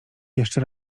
jeszcze